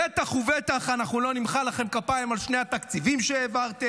בטח ובטח אנחנו לא נמחא לכם כפיים על שני התקציבים שהעברתם,